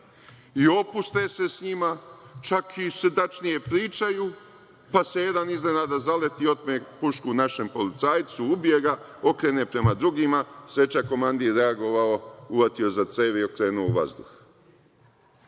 i opuste se sa njima, čak i srdačnije pričaju, pa se jedan iznenada zaleti i otme pušku našem policajcu, ubije ga, okrene prema drugima. Sreća, komandir reagovao uhvatio za cev i okrenu u vazduh.